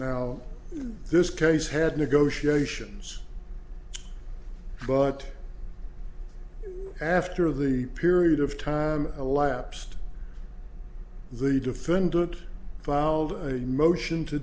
in this case had negotiations but after of the period of time elapsed the defendant filed a motion to